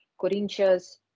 Corinthians